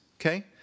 Okay